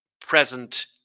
present